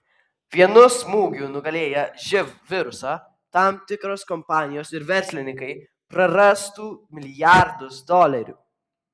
vienu smūgiu nugalėję živ virusą tam tikros kompanijos ir verslininkai prarastų milijardus dolerių